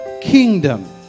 kingdom